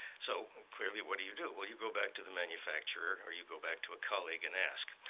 so, clearly, what do you do? well, you go back to the manufacturer or you go back to a colleague and ask.